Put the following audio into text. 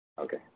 Okay